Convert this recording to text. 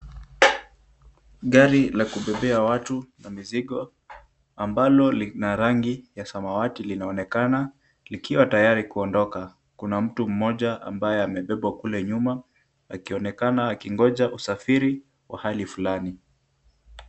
Gari la kubebea watu na mizigo ambalo lina rangi ya samawati linaonekana likiwa tayari kuondoka. Kuna mtu mmoja ambaye amebebwa kule nyuma akionekana akingojea usafiri wa hali fulani.